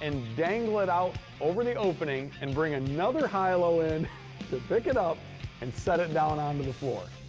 and dangle it out over the opening and bring another high-low in to pick it up and set it down onto um the floor.